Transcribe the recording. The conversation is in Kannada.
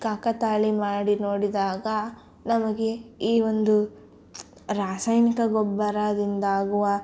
ಕಾಕತಾಳಿ ಮಾಡಿ ನೋಡಿದಾಗ ನಮಗೆ ಈ ಒಂದು ರಾಸಾಯನಿಕ ಗೊಬ್ಬರದಿಂದಾಗುವ